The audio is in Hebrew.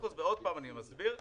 פעם אני מסביר,